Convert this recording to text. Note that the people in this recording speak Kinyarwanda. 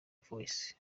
voice